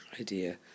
idea